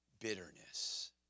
bitterness